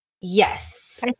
yes